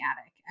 attic